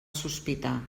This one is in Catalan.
sospitar